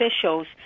officials